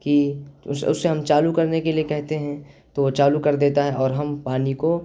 کہ اس سے ہم چالو کرنے کے لیے کہتے ہیں تو وہ چالو کر دیتا ہے اور ہم پانی کو